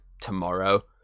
tomorrow